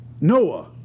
Noah